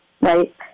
right